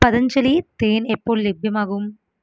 പതഞ്ജലി തേൻ എപ്പോൾ ലഭ്യമാകും